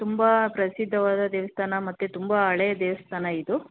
ತುಂಬ ಪ್ರಸಿದ್ದವಾದ ದೇವಸ್ಥಾನ ಮತ್ತು ತುಂಬ ಹಳೆಯ ದೇವಸ್ಥಾನ ಇದು